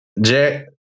Jack